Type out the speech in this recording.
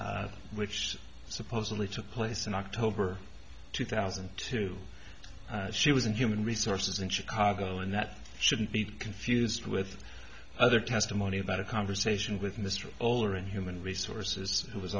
mckinney which supposedly took place in october two thousand and two she was in human resources in chicago and that shouldn't be confused with other testimony about a conversation with mr olor in human resources who was